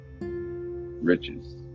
Riches